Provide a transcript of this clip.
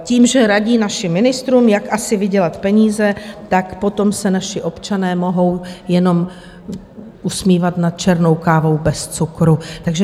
Tím, že radí našim ministrům, jak asi vydělat peníze, tak potom se naši občané mohou jenom usmívat nad černou kávou bez cukru.